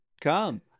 come